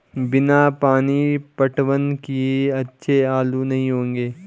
बिना पानी पटवन किए अच्छे आलू नही होंगे